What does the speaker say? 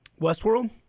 Westworld